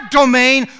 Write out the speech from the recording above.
domain